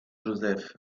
joseph